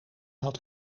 had